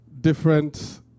different